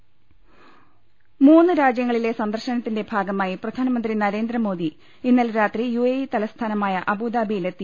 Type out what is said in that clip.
ള ൽ ൾ മൂന്ന് രാജൃങ്ങളിലെ സന്ദർശനത്തിന്റെ ഭാഗമായി പ്രധാനമന്ത്രി നരേന്ദ്രമോദി ഇന്നലെ രാത്രി യുഎഇ തലസ്ഥാനമായ അബുദാബി യിലെത്തി